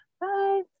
Bye